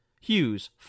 Hughes